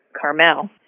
Carmel